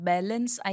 Balance